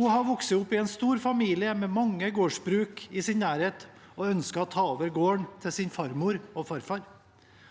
Hun hadde vokst opp i en stor familie med mange gårdsbruk i sin nærhet og ønsket å ta over gården etter sin farmor og farfar.